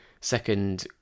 second